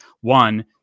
One